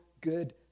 good